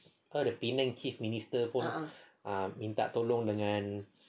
even the penang chief minister pun ah minta tolong dengan